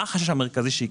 מה החשש המרכזי שיקרה?